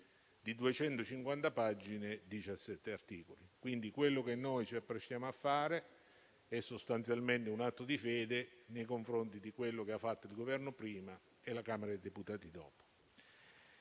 di 250 pagine e 17 articoli. Quello che noi ci apprestiamo a fare è quindi sostanzialmente un atto di fede nei confronti di quello che ha fatto il Governo prima e la Camera dei deputati dopo.